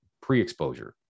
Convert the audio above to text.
pre-exposure